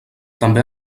també